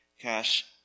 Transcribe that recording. Cash